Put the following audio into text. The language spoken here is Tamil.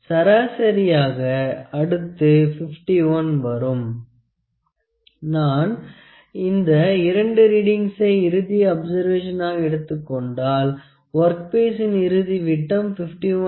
சராசரியாக அடுத்தது 51 வரும் நான் இந்த இரண்டு ரீடிங்சை இறுதி அப்சர்வேஷனாக எடுத்துக் கொண்டால் ஒர்க் பீசின் இறுதி விட்டம் 51